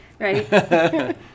right